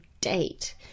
date